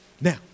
Now